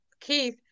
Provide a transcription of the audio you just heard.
Keith